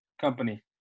company